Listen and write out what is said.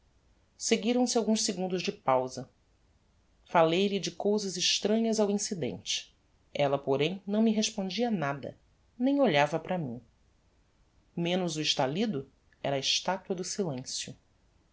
unhas seguiram-se alguns segundos de pausa fallei lhe de cousas extranhas ao incidente ella porém não me respondia nada nem olhava para mim menos o estalido era a estatua do silencio